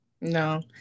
no